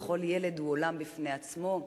וכל ילד הוא עולם בפני עצמו.